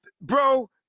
Bro